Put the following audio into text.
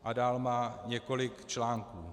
A dále má několik článků.